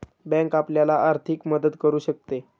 bank आपल्याला आर्थिक मदत करू शकते